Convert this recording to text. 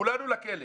כולנו לכלא,